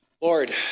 Lord